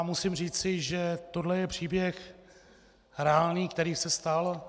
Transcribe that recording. Musím říci, že tohle je příběh reálný, který se stal.